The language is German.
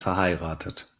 verheiratet